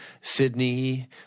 Sydney